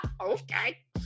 Okay